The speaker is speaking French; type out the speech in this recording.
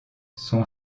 son